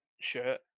shirt